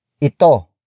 ito